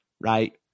right